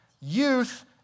Youth